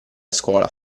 scuola